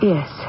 Yes